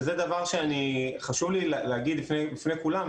וזה דבר שחשוב לי להגיד בפני כולם,